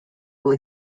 will